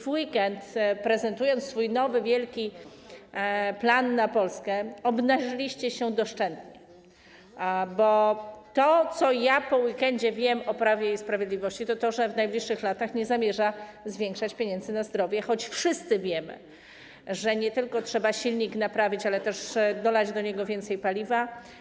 W weekend, prezentując swój nowy, wielki plan na Polskę, obnażyliście się doszczętnie, bo to, co ja po weekendzie wiem o Prawie i Sprawiedliwości, to to, że w najbliższych latach nie zamierza przeznaczać więcej pieniędzy na zdrowie, choć wszyscy wiemy, że nie tylko trzeba naprawić silnik, ale też dolać do niego więcej paliwa.